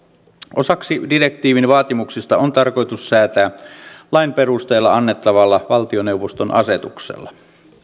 osasta direktiivin vaatimuksista on tarkoitus säätää lain perusteella annettavalla valtioneuvoston asetuksella